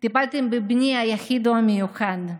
טיפלתם בבני היחיד והמיוחד,